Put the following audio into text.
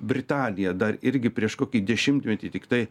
britanija dar irgi prieš kokį dešimtmetį tiktai